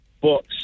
books